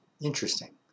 interesting